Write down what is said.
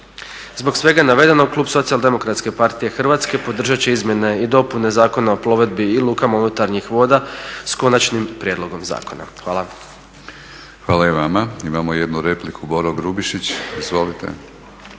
Zbog svega navedenog klub SDP-a Hrvatske podržat će izmjene i dopune Zakona o plovidbi i lukama unutarnjih voda s Konačnim prijedlogom zakona. Hvala. **Batinić, Milorad (HNS)** Hvala i vama. Imamo jednu repliku, Boro Grubišić. Izvolite.